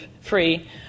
free